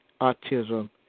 autism